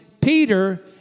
Peter